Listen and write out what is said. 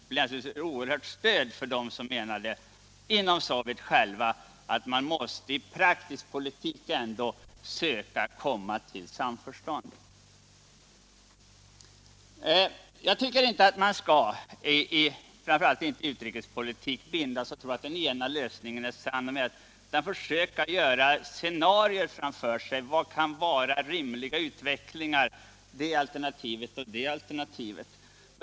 Det var ett oerhört stöd för dem i Sovjetunionen som menade att man måste i praktisk politik ändå söka komma till samförstånd. Jag tycker inte att man skall — framför allt inte i utrikespolitik — tro att den ena eller andra förutsägelsen är sann, utan man bör försöka skissera upp vissa scenarier framför sig: Vilka utvecklingar kan vara rimliga?